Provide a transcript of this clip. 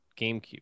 GameCube